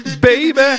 baby